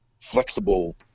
flexible